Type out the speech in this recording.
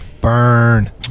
Burn